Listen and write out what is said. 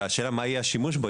ואז השאלה מה יהיה השימוש בו?